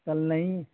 کل نہیں